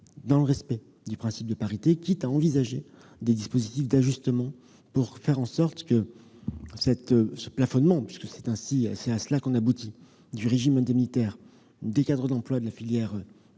dans le respect du principe de parité, quitte à envisager des dispositifs d'ajustement pour faire en sorte que ce plafonnement- puisque c'est à cela que l'on aboutit -du régime indemnitaire des cadres d'emplois de la fonction